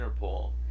Interpol